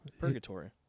purgatory